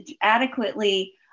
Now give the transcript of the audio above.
adequately